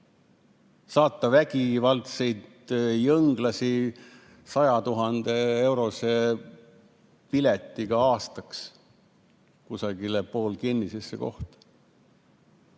saata vägivaldseid jõnglasi 100 000-eurose piletiga aastaks kusagile poolkinnisesse kohta.